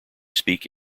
speak